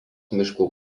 miškų